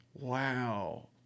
Wow